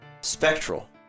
Spectral